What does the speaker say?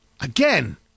Again